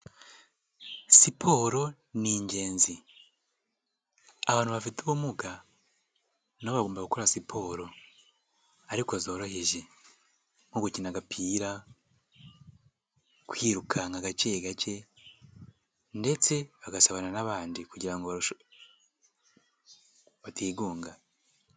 Siporo ni ingenzi abantu bafite ubumuga na bo bagomba gukora siporo, ariko zoroheje, nko gukina agapira kwirukanka gake gake ndetse bagasabana n'abandi kugira batigunga.